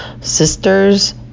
sisters